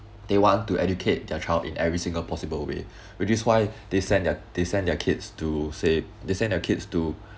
they want to educate their child in every single possible way which is why they send their they send their kids to say they send their kids to